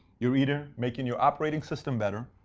you're either making your operating system better,